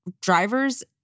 drivers